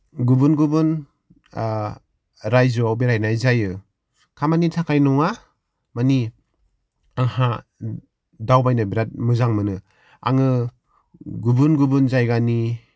गुबुन गुबुन राइजोआव बेरायनाय जायो खामानिनि थाखाय नङा माने आंहा दावबायनो बेराद मोजां मोनो आङो गुबुन गुबुन जायगानि